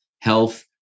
health